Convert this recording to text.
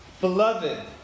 Beloved